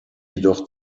jedoch